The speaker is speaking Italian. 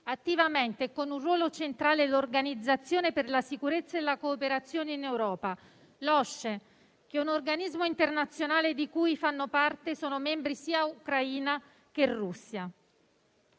attivamente e con un ruolo centrale l'Organizzazione per la sicurezza e la cooperazione in Europa (OSCE), un organismo internazionale di cui fanno parte e sono membri sia Ucraina, sia Russia.